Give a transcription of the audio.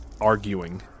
arguing